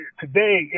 Today